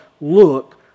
look